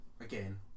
again